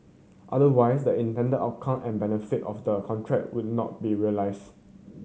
otherwise the intended of outcome and benefit of the contract would not be realised